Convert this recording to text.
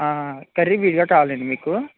ఆ కర్రీ విడిగా కావాలా అండి మీకు